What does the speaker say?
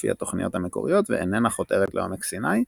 לפי התוכניות המקוריות ואיננה חותרת לעומק סיני,